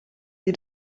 sie